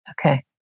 Okay